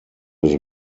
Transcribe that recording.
his